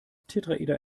tetraeder